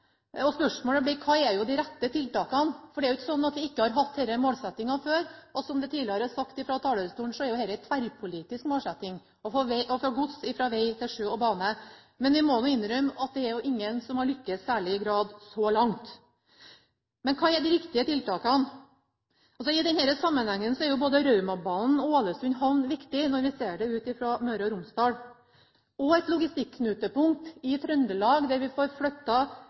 Spørsmålet blir: Hva er de rette tiltakene? Det er jo ikke sånn at vi ikke har hatt denne målsettinga før, og som det tidligere er sagt fra talerstolen, er det en tverrpolitisk målsetting å få gods fra vei til sjø og bane. Vi må innrømme at det er ingen som har lyktes i særlig grad så langt. Men hva er de riktige tiltakene? I denne sammenhengen er både Raumabanen og Ålesund havn viktige når vi ser det fra Møre og Romsdals synsvinkel. Et logistikknutepunkt i Trøndelag, der vi får